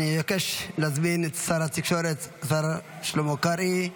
אני מבקש להזמין את שר התקשורת, השר שלמה קרעי,